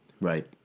Right